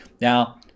Now